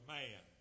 man